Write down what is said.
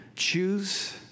choose